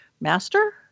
master